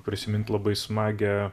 prisimint labai smagią